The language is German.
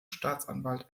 staatsanwalt